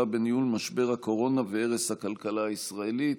בניהול משבר הקורונה והרס הכלכלה הישראלית.